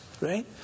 right